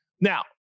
Now